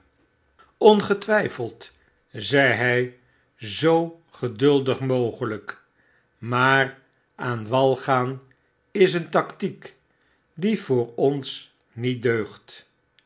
ongetwyfeld zei hy zoo geduldig mogelijk maar aan wal gaan is een tactiek die voor ons niet deugt